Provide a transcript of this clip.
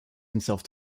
himself